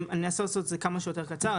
אני אנסה לעשות את זה כמה שיותר קצר.